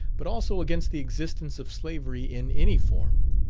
but also against the existence of slavery in any form.